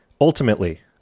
ultimately